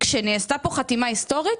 שנעשתה פה חתימה היסטורית,